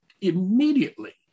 immediately